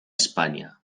españa